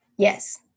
Yes